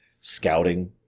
scouting